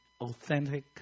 authentic